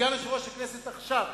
סגן יושב-ראש הכנסת עכשיו,